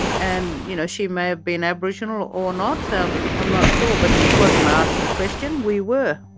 and you know she may have been aboriginal or not, so um i'm not sure, but she wasn't asked the question, we were.